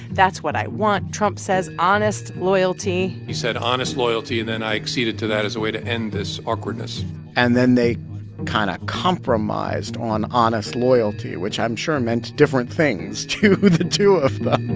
that's what i want, trump says, honest loyalty he said honest loyalty. and then i acceded to that as a way to end this awkwardness and then they kind of compromised on honest loyalty, which i'm sure meant different things to the two of them